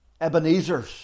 Ebenezer's